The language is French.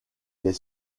des